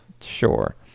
Sure